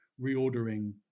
reordering